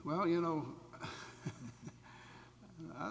well you know